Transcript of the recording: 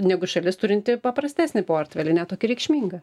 negu šalis turinti paprastesnį portfelį ne tokia reikšminga